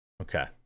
Okay